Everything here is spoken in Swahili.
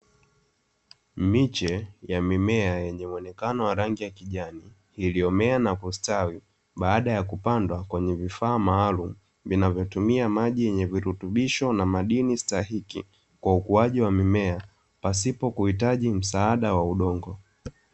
Miche ya mimea yenye muonekano wa rangi ya kijani, iliyomea na kusitawi baada ya kupandwa kwenye vifaa maalumu vinavyotumia maji yenye virutubisho na madini stahiki, kwa ukuaji wa mimea, pasipo kuhitaji msaada wa udongo.